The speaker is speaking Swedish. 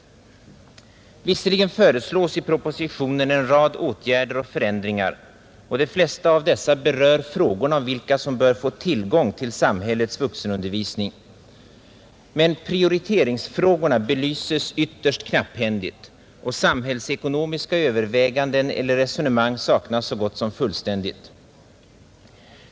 Visserligen föreslås i propositionen en rad åtgärder och förändringar, och de flesta av dessa berör frågorna om vilka som bör få tillgång till samhällets vuxenundervisning. Men prioriteringsfrågorna belyses ytterst knapphändigt, och samhällsekonomiska överväganden eller resonemang saknas så gott som fullständigt.